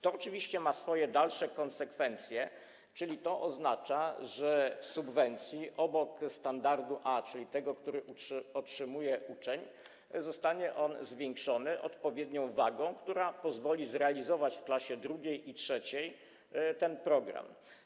To oczywiście ma swoje dalsze konsekwencje, czyli to oznacza, że w subwencji obok standardu A, czyli tego, który otrzymuje uczeń, zostanie to zwiększone odpowiednią wagą, która pozwoli zrealizować w klasach II i III ten program.